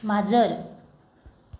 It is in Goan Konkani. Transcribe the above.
माजर